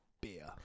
Beer